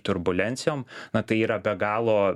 turbulencijom na tai yra be galo